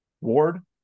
Ward